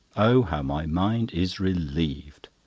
oh, how my mind is relieved!